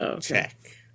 check